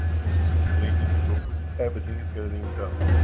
this is cleaning the roof. everything is getting done.